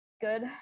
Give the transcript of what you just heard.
good